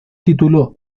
título